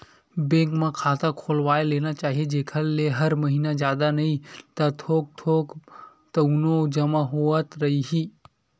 bank म खाता खोलवा लेना चाही जेखर ले हर महिना जादा नइ ता थोक थोक तउनो जमा होवत रइही